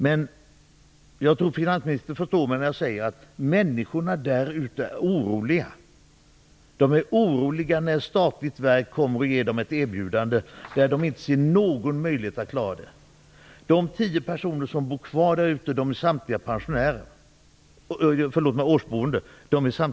Men jag tror att finansministern förstår mig när jag säger att människorna där ute är oroliga, när ett statligt verk kommer och ger dem ett erbjudande som de inte ser någon möjlighet att klara. De tio åretruntboende där ute är samtliga pensionärer.